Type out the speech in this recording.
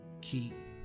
keep